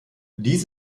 dies